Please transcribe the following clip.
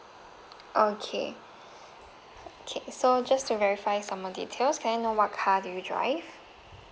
okay okay so just to verify some more details can I know what car do you drive